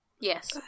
Yes